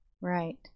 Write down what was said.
Right